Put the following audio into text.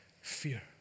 fear